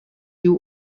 you